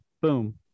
boom